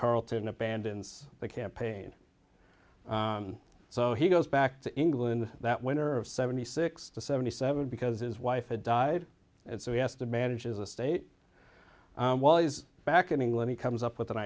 carlton abandons the campaign so he goes back to england that winner of seventy six to seventy seven because his wife had died and so he has to manage as a state while he's back in england he comes up with